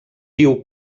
diu